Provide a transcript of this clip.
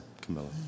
Camilla